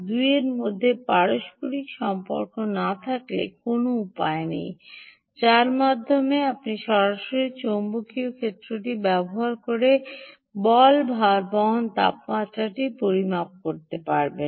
2 এর মধ্যে পারস্পরিক সম্পর্ক না থাকলে কোনও উপায় নেই যার মাধ্যমে আপনি সরাসরি চৌম্বকীয় ক্ষেত্রটি ব্যবহার করে বল ভারবহন তাপমাত্রাটি পরিমাপ করতে পারবেন